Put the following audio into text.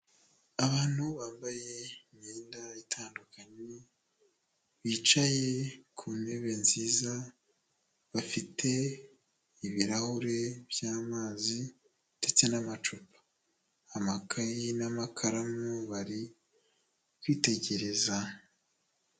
Abantu bambaye imyenda itandukanye, bicaye ku ntebe nziza, bafite ibirahuri byamazi ndetse n'amacupa, amakaye n'amakaramu, bari kwitegereza.